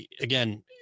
Again